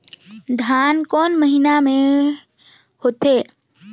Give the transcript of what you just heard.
धान कोन महीना मे होथे?